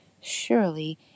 surely